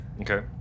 Okay